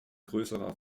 größerer